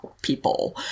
people